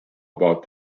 about